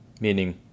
Meaning